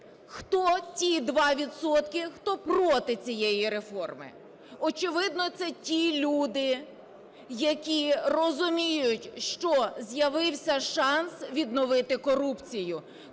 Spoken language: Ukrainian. хто проти цієї реформи? Очевидно, це ті люди, які розуміють, що з'явився шанс відновити корупцію,